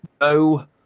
no